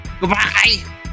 Goodbye